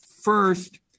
First